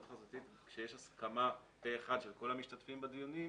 חזותית כשיש הסכמה פה אחד של כל המשתתפים בדיונים,